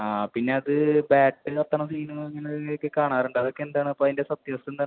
ആ പിന്നെ അത് ബാറ്ററി കത്തണ സീൻ അങ്ങനെയൊക്കെ കാണാറുണ്ട് അതൊക്കെ എന്താണ് അപ്പോൾ അതിൻ്റെ സത്യാവസ്ഥ എന്താണ്